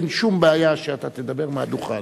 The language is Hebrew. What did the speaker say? אין שום בעיה שאתה תדבר מהדוכן.